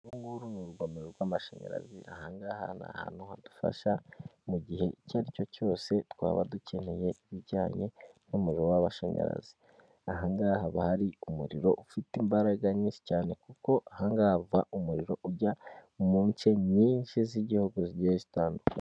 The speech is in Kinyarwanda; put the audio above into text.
Uru nguru ni urugomero rw'amashanyarazi, ahangaha ni ahantu hadufasha mu gihe icyo aricyo cyose twaba dukeneye ibijyanye n'umuriro w'amashanyarazi, ahangaha haba hari umuriro ufite imbaraga nyinshi cyane, kuko aha ngaha hava umuriro ujya mu nce nyinshi z'igihugu zigiye zitandukanye.